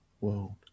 world